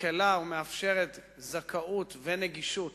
מקלה ומאפשרת זכאות ונגישות